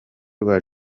rwa